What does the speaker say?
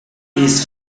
his